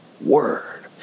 word